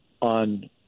on